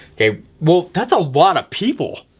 okay, well, that's a lot of people,